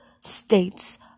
States